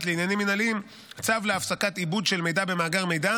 לעניינים מינהליים צו להפסקת עיבוד של מידע במאגר מידע